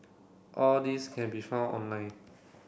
all these can be found online